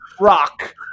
rock